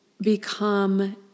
become